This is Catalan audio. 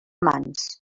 mans